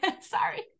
Sorry